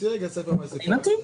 שתיפגענה מזה.